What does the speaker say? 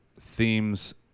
themes